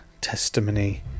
testimony